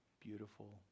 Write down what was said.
beautiful